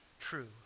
true